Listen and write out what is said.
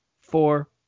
four